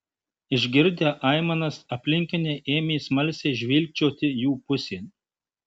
išgirdę aimanas aplinkiniai ėmė smalsiai žvilgčioti jų pusėn